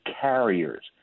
carriers